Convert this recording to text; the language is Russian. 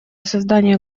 создания